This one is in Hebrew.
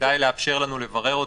שכדאי לאפשר לנו לברר אותו,